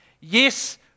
Yes